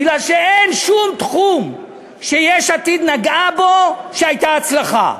מפני שאין שום תחום שיש עתיד נגעה בו שהייתה הצלחה,